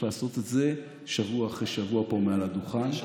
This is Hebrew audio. לעשות את זה שבוע אחרי שבוע פה מעל הדוכן,